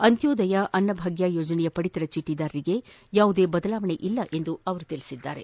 ಅಂತ್ಯೋದಯ ಅನ್ನಭಾಗ್ಯ ಯೋಜನೆಯ ಪಡಿತರ ಚೀಟಿದಾರರಿಗೆ ಯಾವುದೇ ಬದಲಾವಣೆ ಇಲ್ಲ ಎಂದು ಅವರು ಹೇಳಿದ್ದಾರೆ